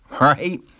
right